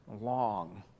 long